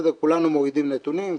כולנו מורידים נתונים,